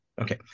Okay